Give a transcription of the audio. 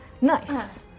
Nice